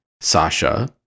Sasha